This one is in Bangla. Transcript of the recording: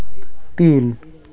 তিন